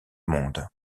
monde